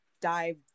dive